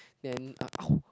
then uh !ow!